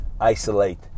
isolate